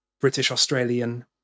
British-Australian